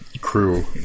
crew